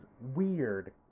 weird